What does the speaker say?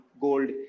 gold